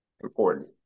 important